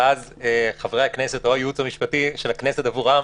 ואז חברי הכנסת או הייעוץ המשפטי של הכנסת עבורם